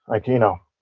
like, you know,